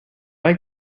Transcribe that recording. like